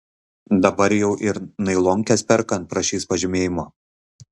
dabar jau ir nailonkes perkant prašys pažymėjimo